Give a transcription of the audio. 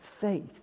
faith